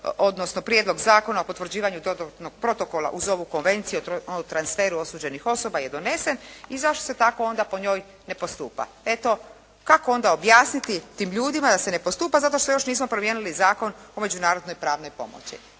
odnosno prijedlog Zakona o potvrđivanju dodatnog protokola uz ovu Konvenciju o transferu osuđenih osoba je donesen i zašto se tako onda po njoj ne postupa. Eto kako onda objasniti tim ljudima da se ne postupa zato što još nismo promijenili Zakon o međunarodnoj pravnoj pomoći.